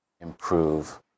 improve